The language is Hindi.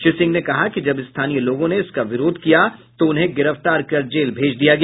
श्री सिंह ने कहा कि जब स्थानीय लोगों ने इसका विरोध किया तो उन्हें गिरफ्तार कर जेल भेज दिया गया